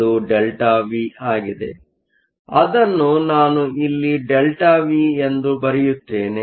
ಅದು ΔV ಆಗಿದೆ ಅದನ್ನು ನಾನು ಇಲ್ಲಿ ΔV ಎಂದು ಬರೆಯುತ್ತೆನೆ